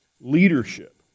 leadership